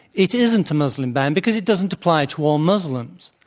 it isn't a muslim ban because it doesn't apply to all muslims.